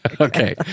okay